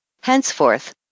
henceforth